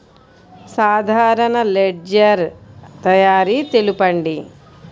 సాధారణ లెడ్జెర్ తయారి తెలుపండి?